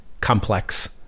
complex